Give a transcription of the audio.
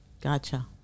Gotcha